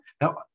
Now